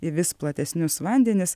į vis platesnius vandenis